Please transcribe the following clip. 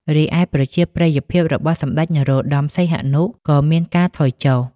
រីឯប្រជាប្រិយរបស់សម្តេចនរោត្តមសីហនុក៏មានការថយចុះ។